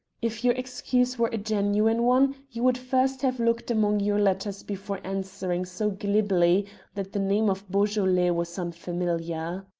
if your excuse were a genuine one you would first have looked among your letters before answering so glibly that the name of beaujolais was unfamiliar.